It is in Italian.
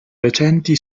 recenti